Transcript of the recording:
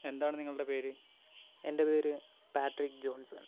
എന്താണ് നിങ്ങളുടെ പേര് എന്റെ പേര് പാട്രിക്ക് ജോൺസൺ